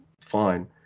fine